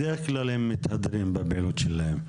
בדרך כלל הם מתהדרים בפעילות שלהם.